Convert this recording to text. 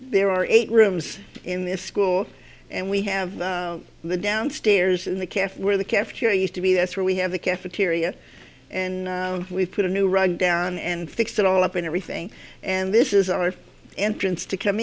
there are eight rooms in this school and we have the downstairs in the caf where the cafeteria used to be that's where we have the cafeteria and we put a new rug down and fix it all up and everything and this is our entrance to come